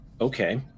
Okay